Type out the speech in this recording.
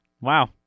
wow